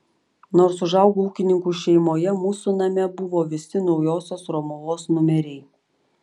nors užaugau ūkininkų šeimoje mūsų name buvo visi naujosios romuvos numeriai